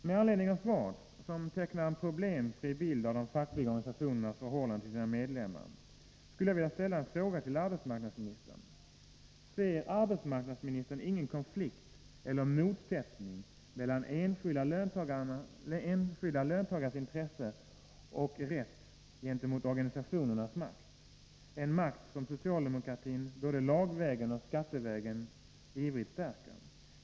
Med anledning av svaret — som tecknar en problemfri bild av de fackliga organisationernas förhållande till sina medlemmar — skulle jag vilja fråga arbetsmarknadsministern: Ser arbetsmarknadsministern ingen konflikt, eller motsättning, mellan enskilda löntagares intressen och rätt gentemot organisationernas makt, en makt som socialdemokratin både lagvägen och skattevägen ivrigt stärker?